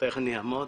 ברשותך אני אעמוד.